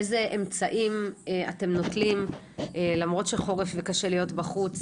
איזה אמצעים אתם נוטלים למרות שחורף וקשה להיות בחוץ